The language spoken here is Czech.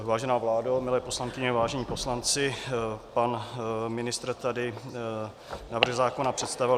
Vážená vládo, milé poslankyně, vážení poslanci, pan ministr tady návrh zákona představil.